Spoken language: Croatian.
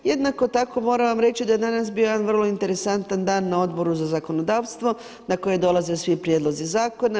Jednako tako moram vam reći da je danas bio jedan vrlo interesantan dan na Odboru za zakonodavstvo na koje dolaze svi prijedlozi zakona.